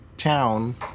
town